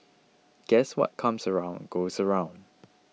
guess what comes around goes around